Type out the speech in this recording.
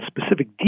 specific